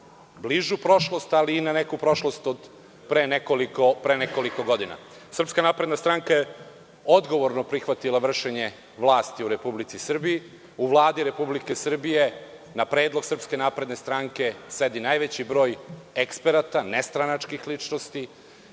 bližu prošlost, ali i na neku prošlost od pre nekoliko godina. Srpska napredna stranka je odgovorno prihvatila vršenje vlasti u Republici Srbiji. U Vladi Republike Srbije, na predlog SNS sedi najveći broj eksperata, nestranačkih ličnosti.